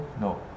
No